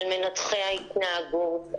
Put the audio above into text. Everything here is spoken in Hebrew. על מנתחי ההתנהגות,